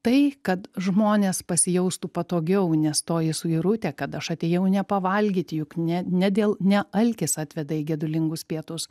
tai kad žmonės pasijaustų patogiau nes toji suirutė kad aš atėjau ne pavalgyti juk ne ne dėl ne alkis atveda į gedulingus pietus